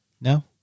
No